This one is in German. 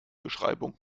beschreibung